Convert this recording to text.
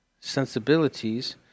sensibilities